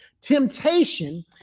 Temptation